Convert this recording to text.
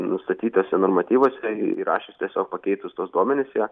nustatytuose normatyvuose įrašius tiesiog pakeitus tuos duomenis jie